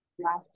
last